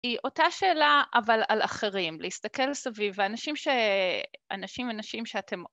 היא אותה שאלה, אבל על אחרים, להסתכל סביבה, אנשים אנשים שאתם...